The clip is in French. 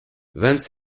vingt